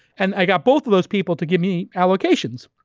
and i got both of those people to give me allocations.